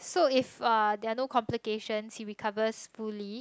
so if uh there are no complication he recovers fully